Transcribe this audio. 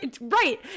Right